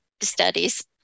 studies